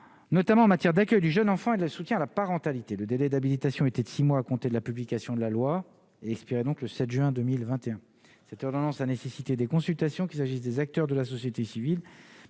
notamment en matière d'accueil du jeune enfant et de la soutien à la parentalité, le délai d'habilitation était de 6 mois à compter de la publication de la loi, donc le 7 juin 2021 cette relance a nécessité des consultations qu'il s'agisse des acteurs de la société civile,